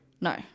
No